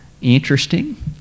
Interesting